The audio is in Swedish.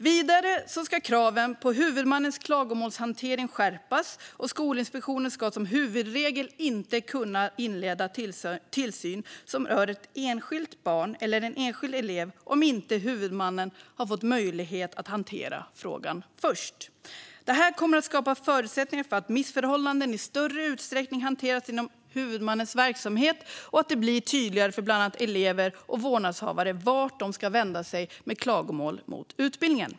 Vidare ska kraven på huvudmannens klagomålshantering skärpas. Skolinspektionen ska som huvudregel inte kunna inleda tillsyn som rör ett enskilt barn eller en enskild elev om inte huvudmannen har fått möjlighet att hantera frågan först. Det här kommer att skapa förutsättningar för att missförhållanden i större utsträckning hanteras inom huvudmannens verksamhet och att det blir tydligare för bland annat elever och vårdnadshavare vart de ska vända sig med klagomål på utbildningen.